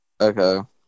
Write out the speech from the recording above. Okay